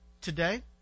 Today